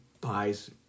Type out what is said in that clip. buys